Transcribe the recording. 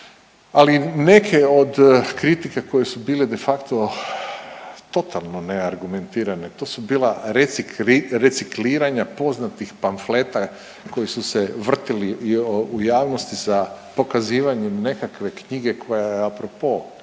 Ali neke od kritika koje su bile de facto totalno neargumentirane to su bila recikliranja poznatih pamfleta koji su se vrtili u javnosti sa pokazivanjem nekakve knjige koja je a propos